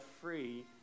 free